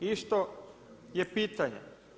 Isto je pitanje.